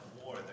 war